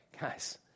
Guys